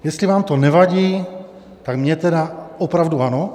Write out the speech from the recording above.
Jestli vám to nevadí, tak mně tedy opravdu ano.